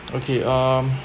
okay um